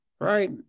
right